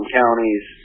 counties